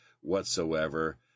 whatsoever